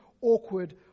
awkward